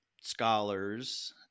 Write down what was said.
scholars